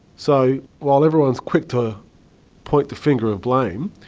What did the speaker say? so while everyone's quick to point the finger of blame,